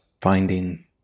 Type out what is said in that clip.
finding